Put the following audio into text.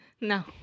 No